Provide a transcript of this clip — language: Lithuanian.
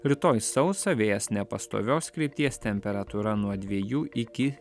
rytoj sausa vėjas nepastovios krypties temperatūra nuo dviejų iki